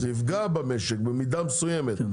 זה יפגע במשק במידה מסוימת,